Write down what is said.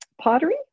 pottery